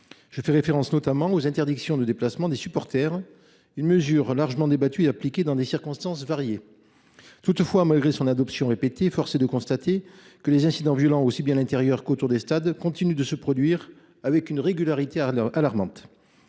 Je fais référence notamment à l’interdiction de déplacement des supporters, une mesure qui est largement débattue et qui est appliquée dans des circonstances variées. Toutefois, malgré son adoption de manière répétée, force est de constater que les incidents violents, aussi bien à l’intérieur des stades que dans leurs alentours, continuent de se produire avec une régularité alarmante.